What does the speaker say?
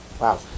Wow